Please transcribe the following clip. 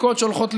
ההסתייגות (22)